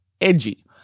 edgy